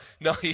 No